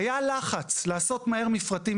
היה לחץ לעשות מהר מפרטים,